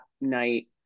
night